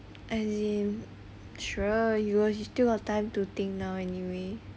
as in sure you will still got time to think now anyway